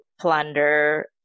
plunder